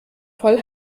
voll